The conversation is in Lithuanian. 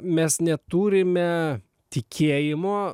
mes neturime tikėjimo